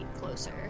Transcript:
closer